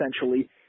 essentially